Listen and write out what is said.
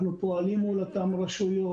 אנחנו פועלים מול אותן רשויות,